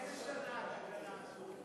מאיזו שנה התקנה הזאת?